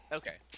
okay